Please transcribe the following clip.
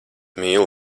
mīlu